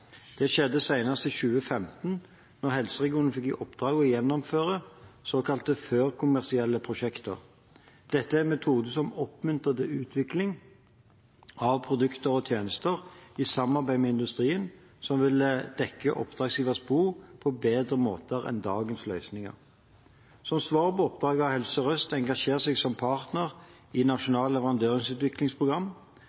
Det skjedde senest i 2015 da helseregionene fikk i oppdrag å gjennomføre såkalte førkommersielle prosjekter. Dette er en metode som oppmuntrer til utvikling av produkter og tjenester i samarbeid med industrien som vil dekke oppdragsgivers behov på bedre måter enn dagens løsninger. Som svar på oppdraget har Helse Sør-Øst engasjert seg som partner i